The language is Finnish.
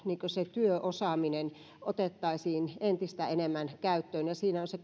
työosaaminen otettaisiin entistä enemmän käyttöön ja siinä on sekä